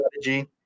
strategy